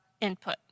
input